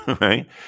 right